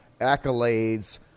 accolades